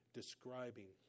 describing